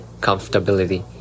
comfortability